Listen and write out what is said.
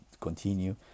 continue